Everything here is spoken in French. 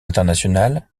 international